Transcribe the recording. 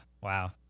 Wow